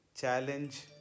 Challenge